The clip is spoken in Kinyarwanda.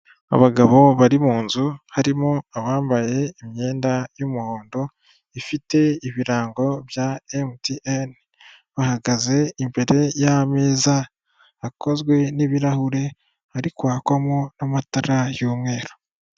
Abagabo bari mu nzu harimo abambaye imyenda y'umuhondo ifite ibirango bya emutiyeni, bahagaze imbere y'ameza akozwe n'ibirahuri ari kwakwamo n'amatara y'umweru.